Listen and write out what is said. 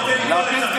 הוא רוצה לנסוע לצרפת,